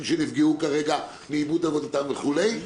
שנפגעו כרגע מאיבוד עבודתם וכולי,